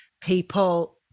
people